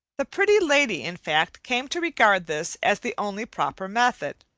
the pretty lady, in fact, came to regard this as the only proper method.